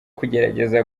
kugerageza